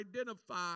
identify